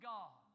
God